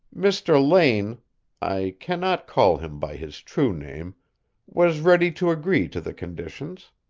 mr. lane i can not call him by his true name was ready to agree to the conditions.